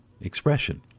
expression